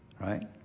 Right